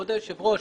כבוד היושב ראש,